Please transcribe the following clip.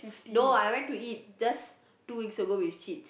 no I went to eat just two weeks ago with